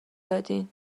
دادیدن